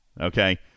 okay